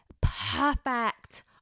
perfect